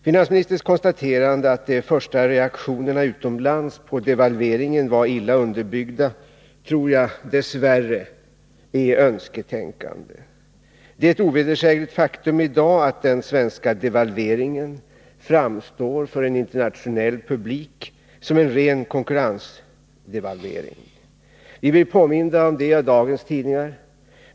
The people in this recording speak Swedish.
Finansministerns konstaterande att de första reaktionerna utomlands på devalveringen var illa underbyggda tror jag dess värre är önsketänkande. Det är ett ovedersägligt faktum i dag att den svenska devalveringen framstår för en internationell publik som en ren konkurrensdevalvering. Vi blev påminda om det i dagens tidningar.